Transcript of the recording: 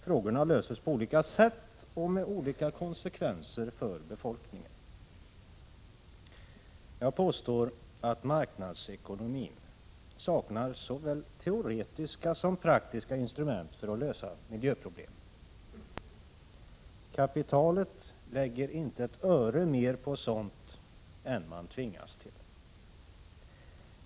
Frågorna löses på olika sätt och med olika konsekvenser för befolkningen. Jag påstår att marknadsekonomin saknar såväl teoretiska som praktiska instrument för att lösa miljöproblemen. Kapitalet lägger inte ner ett öre mer på sådana problem än det tvingas till.